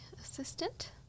assistant